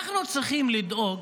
אנחנו צריכים לדאוג